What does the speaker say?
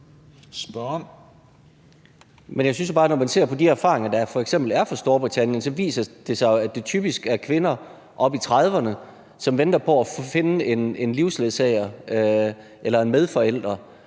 (EL): Men jeg synes jo bare, at det, når man ser på de erfaringer, der f.eks. er fra Storbritannien, så viser sig, at det typisk handler om kvinder oppe i 30'erne, som venter på at finde en livsledsager eller en medforælder.